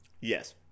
yes